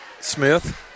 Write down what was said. Smith